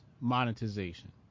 monetization